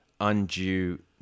undue